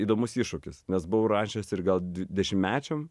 įdomus iššūkis nes buvau rašęs ir gal de dešimtmečiam